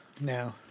No